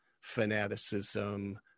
fanaticism